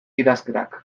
idazkerak